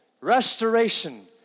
restoration